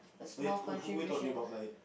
who you talking about like